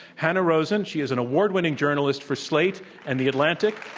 hanna rosin. she is an award-winning journalist for slate and the atlantic.